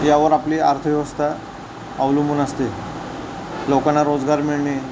यावर आपली अर्थव्यवस्था अवलंबून असते लोकांना रोजगार मिळणे